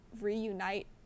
reunite